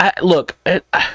look